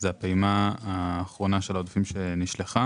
זה הפעימה האחרונה של העודפים שנשלחה.